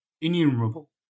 innumerable